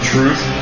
Truth